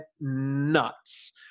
nuts